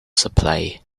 supply